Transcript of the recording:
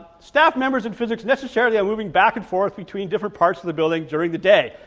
staff members in physics necessarily are moving back and forth between different parts of the building during the day.